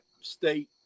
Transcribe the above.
state